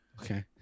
Okay